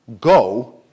Go